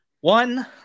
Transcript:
One